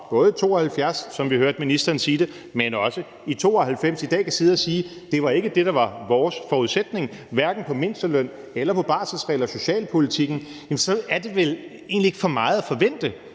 både i 1972, som vi hørte ministeren sige det, men også i 1992 – i dag kan sidde og sige, at det ikke var det, der var deres forudsætning, hverken vedrørende mindstelønnen eller barselsreglerne eller socialpolitikken, så er det vel egentlig ikke for meget at forvente,